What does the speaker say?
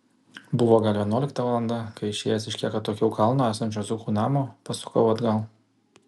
buvo gal vienuolikta valanda kai išėjęs iš kiek atokiau kalno esančio zukų namo pasukau atgal